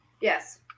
Yes